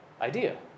idea